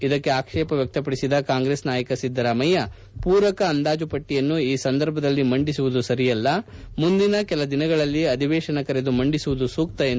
ಇದಕ್ಕೆ ಆಕ್ಷೇಪ ವ್ಯಕ್ತಪಡಿಸಿದ ಕಾಂಗ್ರೆಸ್ ನಾಯಕ ಸಿದ್ದರಾಮಯ್ಯ ಪೂರಕ ಅಂದಾಜು ಪಟ್ಟಿಯನ್ನು ಈ ಸಂದರ್ಭದಲ್ಲಿ ಮಂಡಿಸುವುದು ಸರಿಯಲ್ಲ ಮುಂದಿನ ಕೆಲ ದಿನಗಳಲ್ಲಿ ಅಧಿವೇಶನ ಕರೆದು ಮಂಡಿಸುವುದು ಸೂಕ್ತ ಎಂದು ಹೇಳಿದರು